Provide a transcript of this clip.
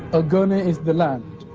ogoni is the land.